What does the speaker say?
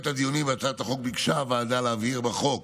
הדיונים בהצעת החוק ביקשה הוועדה להבהיר בחוק